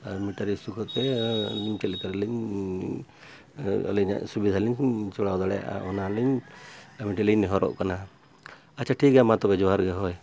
ᱟᱨ metre ᱤᱥᱩᱠᱟᱛᱮ ᱟᱹᱞᱤᱧ ᱪᱮᱫ ᱞᱮᱠᱟᱞᱤᱧ ᱟᱹᱞᱤᱧᱟᱜ ᱥᱩᱵᱤᱫᱷᱟᱞᱤᱧ ᱪᱟᱞᱟᱣ ᱫᱟᱲᱮᱭᱟᱜᱼᱟ ᱚᱱᱟᱞᱤᱧ ᱟᱹᱵᱤᱱᱴᱷᱮᱱᱞᱤᱧ ᱱᱮᱦᱚᱨᱚᱜ ᱠᱟᱱᱟ ᱟᱪᱪᱷᱟ ᱴᱷᱤᱠ ᱜᱮᱭᱟ ᱢᱟᱼᱛᱚᱵᱮ ᱡᱚᱦᱟᱨ ᱜᱮ ᱦᱳᱭ